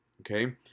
okay